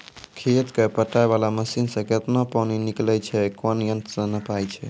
खेत कऽ पटाय वाला मसीन से केतना पानी निकलैय छै कोन यंत्र से नपाय छै